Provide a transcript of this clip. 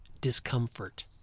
discomfort